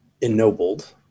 ennobled